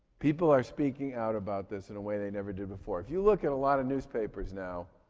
people are speaking out about this in a way they never did before. if you look at a lot of newspapers now